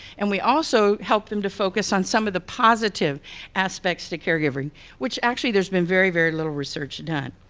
and we also help them to focus on some of the positive aspects to caregiving which actually there's been very, very little research done.